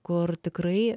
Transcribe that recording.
kur tikrai